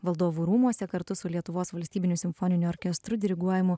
valdovų rūmuose kartu su lietuvos valstybiniu simfoniniu orkestru diriguojamu